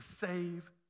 save